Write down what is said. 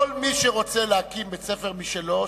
כל מי שרוצה להקים בית-ספר משלו,